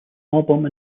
album